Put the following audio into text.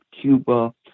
Cuba